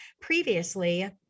Previously